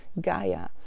Gaia